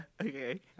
okay